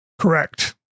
Correct